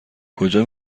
کجا